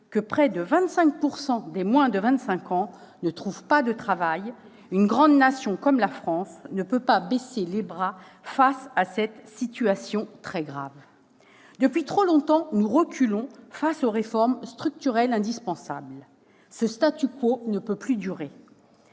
que près de 25 % des moins de 25 ans ne trouvent pas de travail ; une grande nation comme la France ne peut pas baisser les bras face à cette situation très grave. Depuis trop longtemps, nous reculons face aux réformes structurelles indispensables. Ce ne peut plus durer